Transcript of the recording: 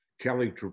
Kelly